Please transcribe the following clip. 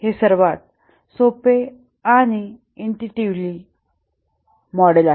हे सर्वात सोपे इंटुटीव्हली मॉडेल आहे